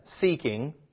seeking